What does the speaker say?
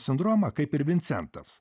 sindromą kaip ir vincentas